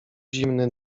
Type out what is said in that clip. zimny